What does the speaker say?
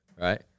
right